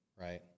right